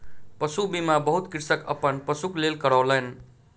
पशु बीमा बहुत कृषक अपन पशुक लेल करौलेन